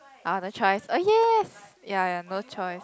other choice oh ya ya no choice